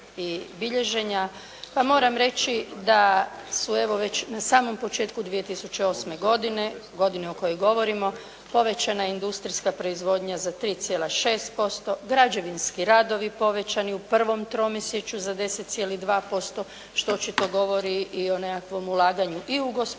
pa moram reći da su, evo već na samom početku 2008. godine, godine o kojoj govorimo povećana industrijska proizvodnja za 3,6%, građevinski radovi povećani u prvom tromjesečju za 10,2% što očito govori i o nekakvom ulaganju i u gospodarstvo